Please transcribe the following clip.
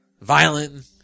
Violent